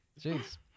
Jeez